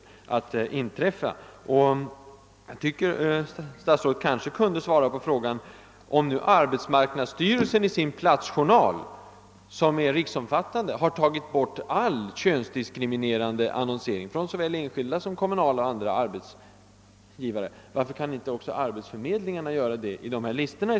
Jag tycker också att statsrådet kunde ha svarat på frågan varför inte arbetsförmedlingarna kan ta bort all könsdiskriminerande annonsering från såväl kommunala som enskilda arbetsgivare, när arbetsmarknadsstyrelsen ju har gjort det i sin platsjournal, som är riksomfattande. Varför kan inte då också arbetsförmedlingarna göra det i sina listor?